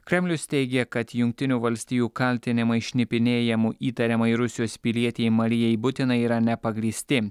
kremlius teigė kad jungtinių valstijų kaltinimai šnipinėjimu įtariamai rusijos pilietei marijai butinai yra nepagrįsti